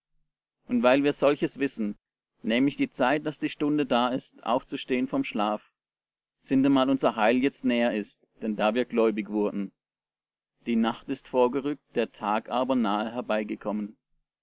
und weil wir solches wissen nämlich die zeit daß die stunde da ist aufzustehen vom schlaf sintemal unser heil jetzt näher ist denn da wir gläubig wurden die nacht ist vorgerückt der tag aber nahe herbeigekommen